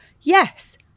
yes